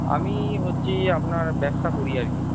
আমি হচ্ছি আপনার ব্যবসা করি আর কি